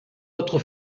autre